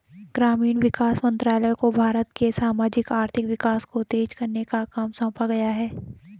ग्रामीण विकास मंत्रालय को भारत के सामाजिक आर्थिक विकास को तेज करने का काम सौंपा गया है